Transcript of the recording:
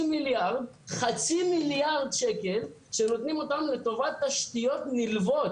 מיליארד שקלים שנותנים אותם לטובת תשתיות נלוות.